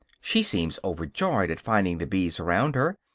she seems overjoyed at finding the bees around her,